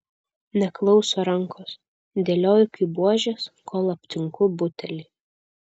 neklauso rankos dėlioju kaip buožes kol aptinku butelį